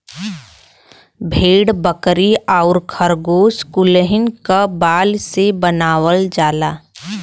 भेड़ बकरी आउर खरगोस कुलहीन क बाल से बनावल जाला